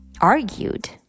argued